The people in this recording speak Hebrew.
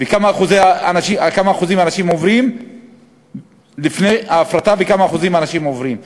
מה אחוז האנשים שעברו לפני ההפרטה ומה אחוז האנשים שעוברים אחריה.